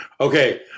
Okay